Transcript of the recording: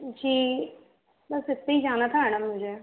जी बस इतने ही जाना था मैडम मुझे